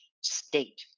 state